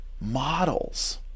models